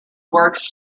works